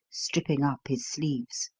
stripping up his sleeves.